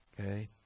Okay